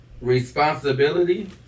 responsibility